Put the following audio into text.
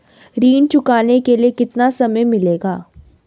ऋण चुकाने के लिए कितना समय मिलेगा?